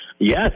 Yes